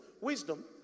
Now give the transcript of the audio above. Wisdom